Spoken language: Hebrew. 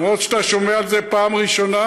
למרות שאתה שומע על זה פעם ראשונה,